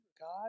God